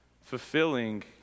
fulfilling